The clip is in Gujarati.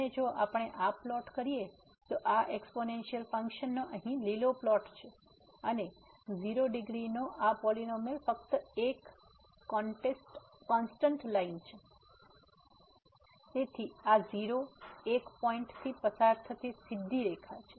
અને જો આપણે આ પ્લોટ કરીએ તો આ એક્સ્પોનેનસીઅલ ફંક્શન નો અહીં લીલો પ્લોટ છે અને 0 ડિગ્રીનો આ પોલીનોમીઅલ ફક્ત એક કોન્સ્ટેન્ટ લાઇન છે તેથી આ 0 1 પોઈન્ટ થી પસાર થતી સીધી રેખા છે